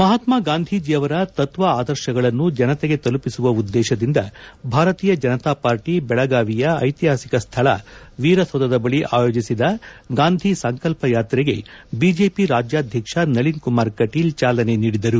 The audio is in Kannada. ಮಹಾತ್ಮಾ ಗಾಂಧೀಜಿಯವರ ತತ್ವ ಆದರ್ಶಗಳನ್ನು ಜನತೆಗೆ ತಲುಪಿಸುವ ಉದ್ದೇಶದಿಂದ ಭಾರತೀಯ ಜನತಾ ಪಾರ್ಟಿ ಬೆಳಗಾವಿಯ ಐತಿಹಾಸಿಕ ಸ್ಥಳ ವೀರಸೌಧದ ಬಳಿ ಆಯೋಜಿಸಿದ ಗಾಂಧಿ ಸಂಕಲ್ಪ ಯಾತ್ರೆಗೆ ಬಿಜೆಪಿ ರಾಜ್ಯಾಧ್ವಕ್ಷ ನಳಿನಕುಮಾರ ಕಟೀಲ್ ಚಾಲನೆ ನೀಡಿದರು